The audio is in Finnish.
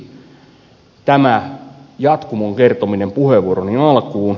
miksi tämä jatkumon kertominen puheenvuoroni alkuun